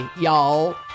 y'all